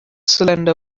cylinder